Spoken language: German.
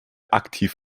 aktiv